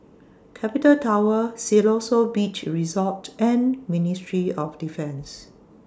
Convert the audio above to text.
Capital Tower Siloso Beach Resort and Ministry of Defence